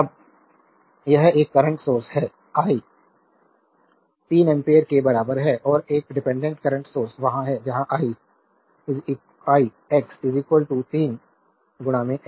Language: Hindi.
अब यह एक करंट सोर्स है आई 3 एम्पीयर के बराबर है और एक डिपेंडेंट करंट सोर्स वहां है जहां आई x 3 s है